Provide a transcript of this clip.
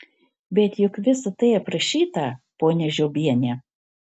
bet juk visa tai aprašyta ponia žiobiene